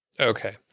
Okay